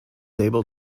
able